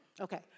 Okay